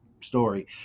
story